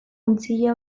untzilla